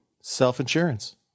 self-insurance